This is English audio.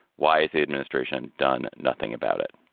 why is the administration done nothing about it?